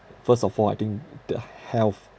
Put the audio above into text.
first of all I think the health